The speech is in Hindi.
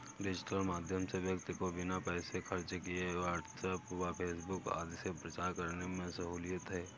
डिजिटल माध्यम से व्यक्ति को बिना पैसे खर्च किए व्हाट्सएप व फेसबुक आदि से प्रचार करने में सहूलियत है